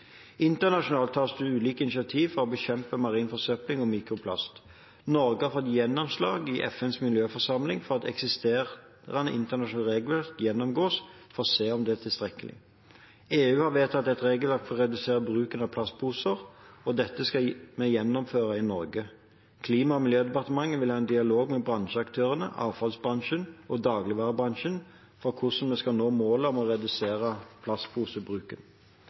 Internasjonalt tas det ulike initiativ for å bekjempe marin forsøpling og mikroplast. Norge har fått gjennomslag i FNs miljøforsamling for at eksisterende internasjonalt regelverk gjennomgås for å se om det er tilstrekkelig. EU har vedtatt et regelverk for å redusere bruken av plastposer, og dette skal vi gjennomføre i Norge. Klima- og miljødepartementet vil ha en dialog med bransjeaktørene, avfallsbransjen og dagligvarebransjen om hvordan vi skal nå målet om